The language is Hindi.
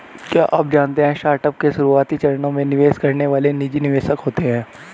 क्या आप जानते है स्टार्टअप के शुरुआती चरणों में निवेश करने वाले निजी निवेशक होते है?